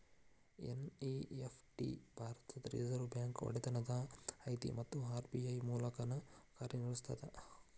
NEFT ಭಾರತದ್ reserve bank ಒಡೆತನದಾಗ ಐತಿ ಮತ್ತ ಆರ್.ಬಿ.ಐ ಮೂಲಕನ ಕಾರ್ಯನಿರ್ವಹಿಸ್ತದ